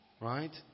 Right